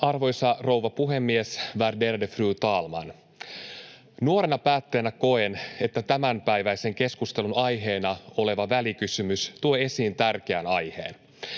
Arvoisa rouva puhemies, värderade fru talman! Nuorena päättäjänä koen, että tämänpäiväisen keskustelun aiheena oleva välikysymys tuo esiin tärkeän aiheen.